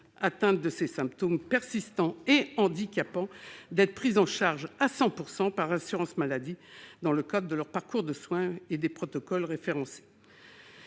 atteintes de ces symptômes persistants et handicapants d'être prises en charge à 100 % par l'assurance maladie dans le cadre de leur parcours de soins et des protocoles référencés.